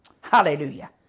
Hallelujah